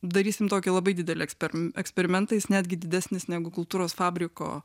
darysim tokį labai didelį eksper eksperimentą jis netgi didesnis negu kultūros fabriko